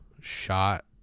shot